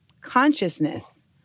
consciousness